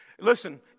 Listen